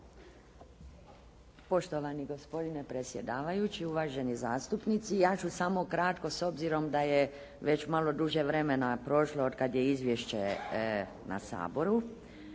Poštovani gospodine predsjedavajući, uvaženi zastupnici. Ja ću samo ukratko s obzirom da je već malo duže vremena prošlo od kad je izvješće na Saboru.